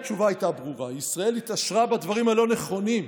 התשובה הייתה ברורה: ישראל התעשרה בדברים הלא-נכונים.